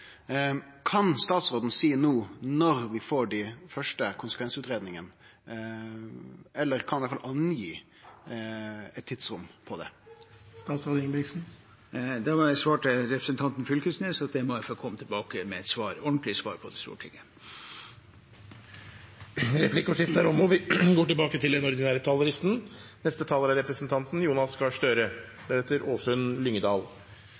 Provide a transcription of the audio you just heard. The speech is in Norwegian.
Kan statsråden seie no når vi får dei første konsekvensutgreiingane, eller iallfall antyde eit tidsrom for det? Jeg må svare representanten Knag Fylkesnes at det må jeg få komme tilbake til, med et ordentlig svar til Stortinget. Replikkordskiftet er omme.